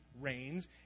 reigns